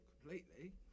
completely